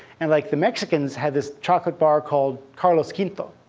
and like the mexicans had this chocolate bar called carlos quinto,